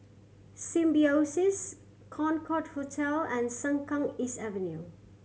Symbiosis Concorde Hotel and Sengkang East Avenue